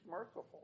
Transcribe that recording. merciful